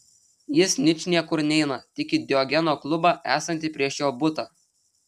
jis ničniekur neina tik į diogeno klubą esantį prieš jo butą